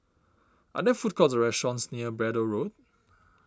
are there food courts or restaurants near Braddell Road